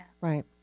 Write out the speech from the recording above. right